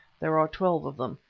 there are twelve of them,